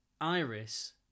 Iris